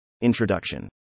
introduction